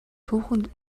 түүхэнд